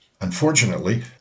Unfortunately